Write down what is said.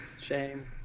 Shame